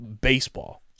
baseball